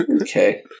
Okay